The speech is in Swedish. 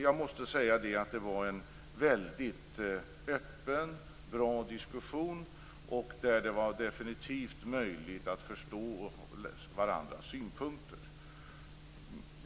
Jag måste säga att det var en väldigt öppen och bra diskussion där det definitivt var möjligt att förstå varandras synpunkter.